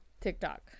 TikTok